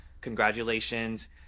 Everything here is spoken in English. congratulations